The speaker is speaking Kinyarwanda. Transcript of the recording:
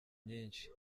nyinshi